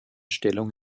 stellung